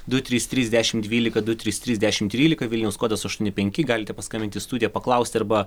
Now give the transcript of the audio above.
du trys trys dešimt dvylika du trys trys dešimt trylika vilniaus kodas aštuoni penki galite paskambinti į studiją paklausti arba